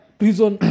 prison